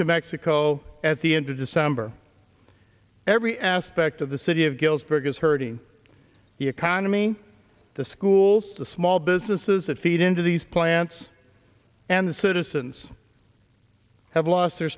to mexico at the end of december every aspect of the city of galesburg is hurting the economy the schools the small businesses that feed into these plants and the citizens have lost their